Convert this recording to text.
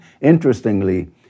Interestingly